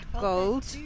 gold